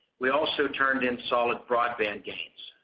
we also turned in solid broadband gains.